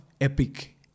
epic